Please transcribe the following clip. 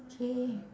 okay